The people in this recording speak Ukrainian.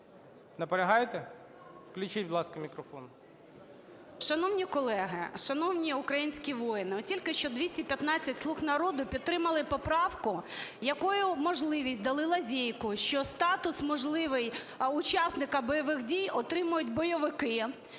Наполягаєте? Включіть, будь ласка, мікрофон.